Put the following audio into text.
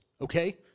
Okay